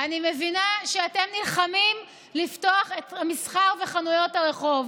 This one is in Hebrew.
אני מבינה שאתם נלחמים לפתוח את המסחר וחנויות הרחוב.